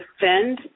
defend